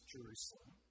Jerusalem